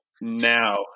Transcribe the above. now